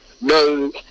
No